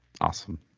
awesome